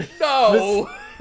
No